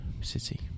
City